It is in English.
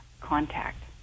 contact